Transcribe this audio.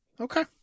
Okay